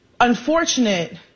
unfortunate